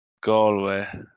Galway